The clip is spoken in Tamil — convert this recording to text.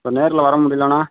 இப்போ நேரில் வர முடியலைனா